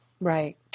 right